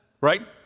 right